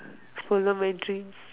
follow my dreams